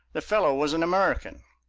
the fellow was an american.